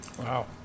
Wow